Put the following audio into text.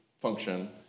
function